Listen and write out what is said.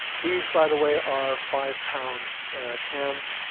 these, by the way, are five-pound cans.